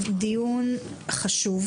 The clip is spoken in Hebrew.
זה דיון חשוב.